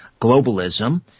globalism